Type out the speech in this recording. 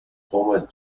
former